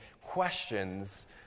questions